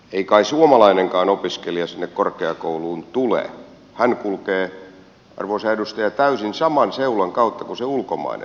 ei kai suomalainenkaan opiskelija sinne korkeakouluun tule hän kulkee arvoisa edustaja täysin saman seulan kautta kuin se ulkomainen